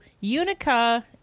Unica